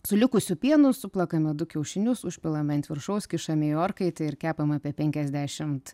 su likusiu pienu suplakame du kiaušinius užpilame ant viršaus kišam į orkaitę ir kepam apie penkiasdešim